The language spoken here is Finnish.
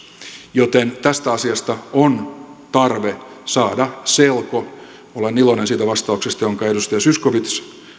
joten tästä asiasta on tarve saada selko olen iloinen siitä vastauksesta jonka edustaja zyskowicz